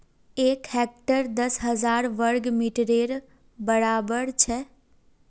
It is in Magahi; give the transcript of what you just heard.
एक हेक्टर दस हजार वर्ग मिटरेर बड़ाबर छे